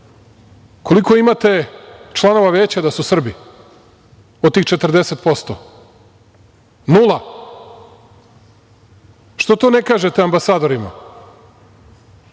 Koliko imate članova Veća da su Srbi, od tih 40%? Nula. Što to ne kažete ambasadorima,